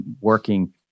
working